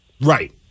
right